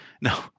No